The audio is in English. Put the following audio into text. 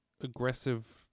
aggressive